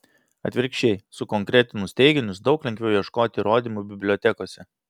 atvirkščiai sukonkretinus teiginius daug lengviau ieškoti įrodymų bibliotekose